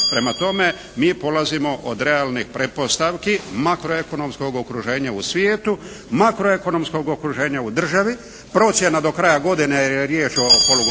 Prema tome, mi polazimo od realnih pretpostavki makro ekonomskog okruženja u svijetu, makro ekonomskog okruženja u državi, procjena do kraja godine jer je riječ o polugodištu